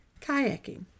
kayaking